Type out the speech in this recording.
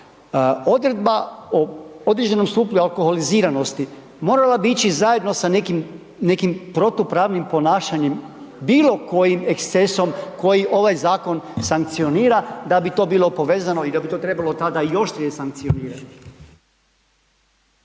Odredba o određenom stupnju alkoholiziranosti, morala bi ići zajedno sa nekim, nekim protupravnim ponašanjem, bilo kojim ekscesom koji ovaj zakon sankcionira, da bi to bilo povezano i da ni to trebalo tada .../Govornik